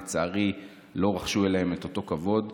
לצערי לא רחשו אליהם את אותו כבוד.